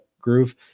groove